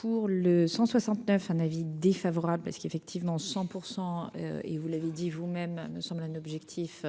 pour le 169 un avis défavorable, parce qu'effectivement 100 %% et vous l'avez dit vous-même, ne semble un objectif